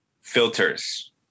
filters